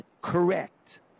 correct